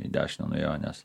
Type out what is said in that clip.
į dešinę nuėjo nes